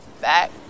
Back